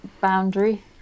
boundary